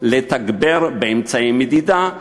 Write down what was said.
לתגבר באמצעי מדידה,